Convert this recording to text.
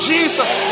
Jesus